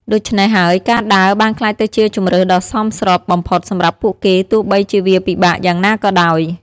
ដូច្នេះហើយការដើរបានក្លាយទៅជាជម្រើសដ៏សមស្របបំផុតសម្រាប់ពួកគេទោះបីជាវាពិបាកយ៉ាងណាក៏ដោយ។